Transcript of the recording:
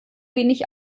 wenig